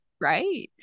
Right